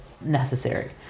necessary